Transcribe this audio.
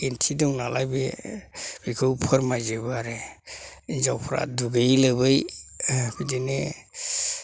ओंथि दं नालाय बे बेखौ फोरमायजोबो आरो हिन्जावफ्रा दुगैयै लोबै बिदिनो